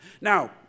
Now